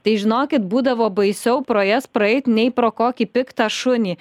tai žinokit būdavo baisiau pro jas praeit nei pro kokį piktą šunį